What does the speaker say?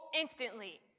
instantly